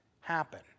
happen